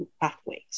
pathways